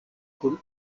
kun